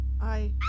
I-